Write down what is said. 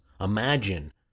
imagine